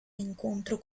incontro